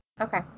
Okay